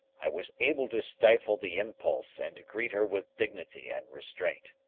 i was able to stifle the impulse and to greet her with dignity and restraint.